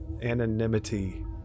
Anonymity